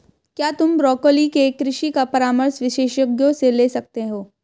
क्या तुम ब्रोकोली के कृषि का परामर्श विशेषज्ञों से ले सकते हो?